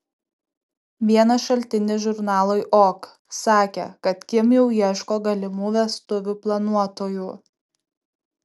vienas šaltinis žurnalui ok sakė kad kim jau ieško galimų vestuvių planuotojų